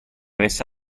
messa